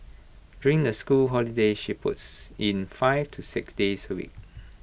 during the school holidays she puts in five to six days A week